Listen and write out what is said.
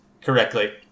correctly